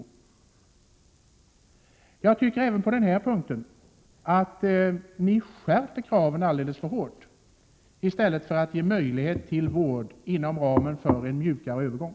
Även på den här punkten tycker jag att ni skärper kraven alldeles för hårt i stället för att ge möjlighet till vård inom ramen för en mjukare övergång.